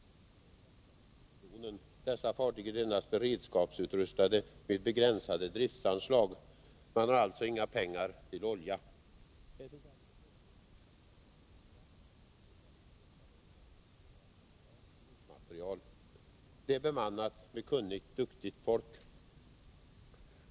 Dessa fartyg är endast beredskapsutrustade med begränsade driftsanslag. Man har inga pengar till olja. Här finns alltså bortsett från de två stora, Tv 171 och 172, ett bra båtmaterial. Båtarna är bemannade med kunnigt och duktigt folk.